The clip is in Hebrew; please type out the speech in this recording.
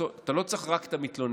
אתה לא צריך רק את המתלונן.